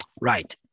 right